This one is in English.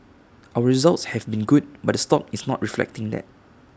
our results have been good but the stock is not reflecting that